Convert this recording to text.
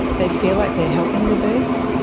they feel like they are helping the birds.